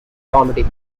comedy